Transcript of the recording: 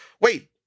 wait